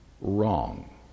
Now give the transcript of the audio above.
wrong